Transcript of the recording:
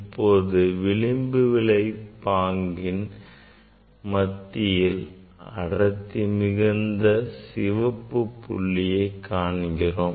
இப்போது விளிம்பு விளைவு பாங்கத்தின் மத்தியில் ஒளி அடர்த்தி மிகுந்த சிவப்பு புள்ளியை காண்கிறோம்